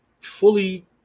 fully